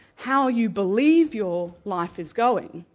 how you believe your life is going,